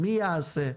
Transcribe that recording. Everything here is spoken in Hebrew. מי יעשה?